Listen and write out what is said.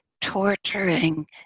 torturing